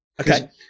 Okay